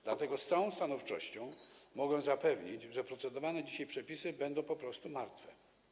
Dlatego z całą stanowczością mogę zapewnić, że procedowane dzisiaj przepisy będą po prostu martwe.